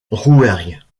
rouergue